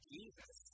Jesus